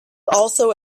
also